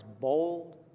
bold